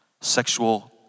Sexual